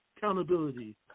accountability